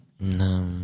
No